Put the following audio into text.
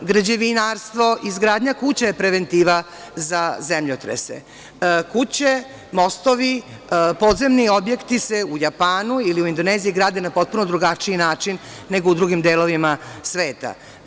Ima, građevinarstvo, izgradnja kuća je preventiva za zemljotrese, kuće, mostovi, podzemni objekti se u Japanu ili Indoneziji grade na potpuno drugačiji način, nego u drugim delovima sveta.